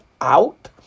out